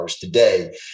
today